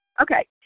Okay